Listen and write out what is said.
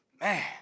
Man